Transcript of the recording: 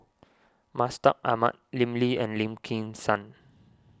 Mustaq Ahmad Lim Lee and Lim Kim San